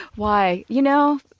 why? you know,